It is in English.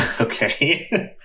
okay